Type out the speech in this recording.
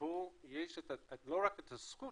שלציבור יש לא רק את הזכות,